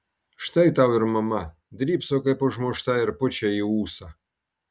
štai tau ir mama drybso kaip užmušta ir pučia į ūsą